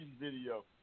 video